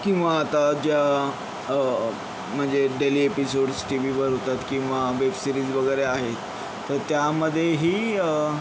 किंवा आता ज्या म्हणजे डेली एपिसोड्स टी व्हीवर होतात किंवा वेबसिरीज वगैरे आहेत तर त्यामध्येही